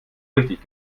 richtig